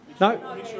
No